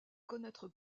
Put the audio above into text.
connaître